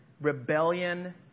rebellion